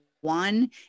one